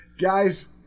Guys